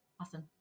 awesome